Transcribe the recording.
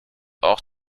auch